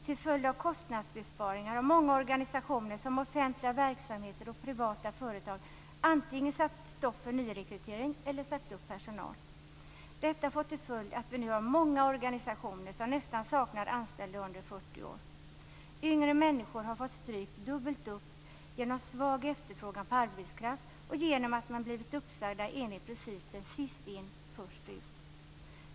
Till följd av kostnadsbesparingar har många organisationer, som offentliga verksamheter och privata företag, antingen stopp för nyrekrytering eller sagt upp personal. Detta får till följd att vi nu har många organisationer som nästan saknar anställda som är under 40 år. Yngre människor har fått stryk dubbelt upp genom en svag efterfrågan på arbetskraft och genom att man blivit uppsagd enligt principen sist in, först ut.